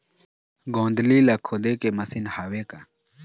गोंदली ला खोदे के मशीन हावे का?